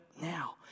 now